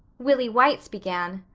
willie white's began,